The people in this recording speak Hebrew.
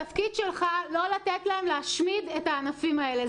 התפקיד שלך לא לתת להם להשמיד את הענפים האלה.